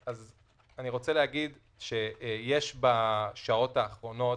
אז אני רוצה להגיד שיש בשעות האחרונות,